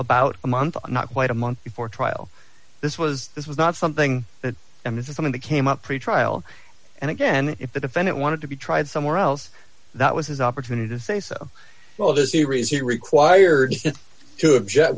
about a month not quite a month for trial this was this was not something that and this is something that came up pretrial and again if the defendant wanted to be tried somewhere else that was his opportunity to say so well this is you are required to object